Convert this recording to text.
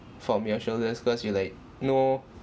from your shoulders cause you like know